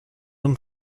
und